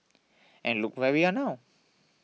and look where we are now